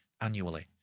annually